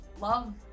love